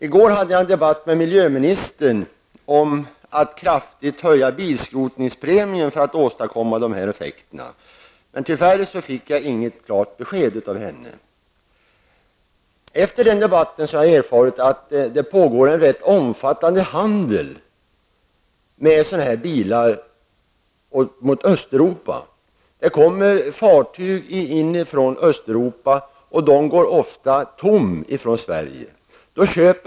I går hade jag en debatt med miljöministern om att kraftigt höja bilskrotningspremien för att åstadkomma dessa effekter. Tyvärr fick jag inget klart besked av henne. Men efter den debatten har jag erfarit att det pågår en rätt omfattande handel med sådana bilar mot Östeuropa. Det kommer fartyg från Östeuropa, och de går ofta tomma från Sverige.